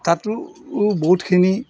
তাতো বহুতখিনি